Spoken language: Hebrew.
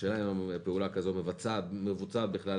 השאלה אם פעולה כזאת מבוצעת בכלל,